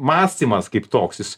mąstymas kaip toks jis